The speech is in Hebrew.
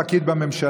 וכמה פקיד בממשלה?